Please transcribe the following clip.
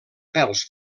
pèls